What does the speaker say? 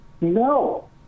No